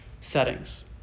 settings